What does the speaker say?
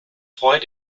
freut